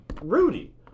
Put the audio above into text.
Rudy